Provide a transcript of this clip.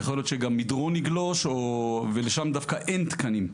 יכול להיות שגם מדרון יגלוש ולשם דווקא אין תקנים.